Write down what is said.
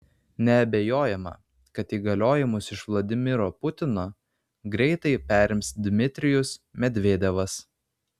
neabejojama kad įgaliojimus iš vladimiro putino greitai perims dmitrijus medvedevas